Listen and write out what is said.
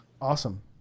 Awesome